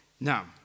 Now